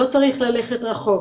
לא צריך ללכת רחוק.